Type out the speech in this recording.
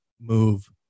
move